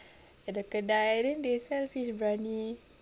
at the kedai then they sell fish briyani